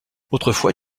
autrefois